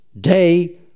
day